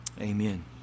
Amen